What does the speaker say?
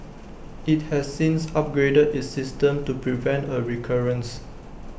IT has since upgraded its system to prevent A recurrence